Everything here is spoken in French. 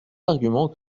arguments